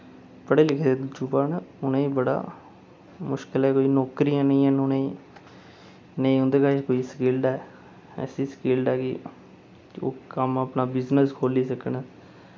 पढ़े लिखे दे जुवा न उ'नेई बड़ा मुश्कल ऐ कोई नौकरियां नि हैन उ'नेई नेईं उं'दे कच्छ कोई स्किल्ड ऐ ऐसी स्किल्ड ऐ कि ओहल् कम्म अपना बिजनेस खोल्ली सकन